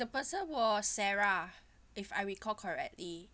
the person was sarah if I recall correctly